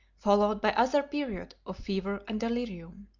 followed by another period of fever and delirium.